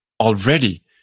already